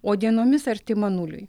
o dienomis artima nuliui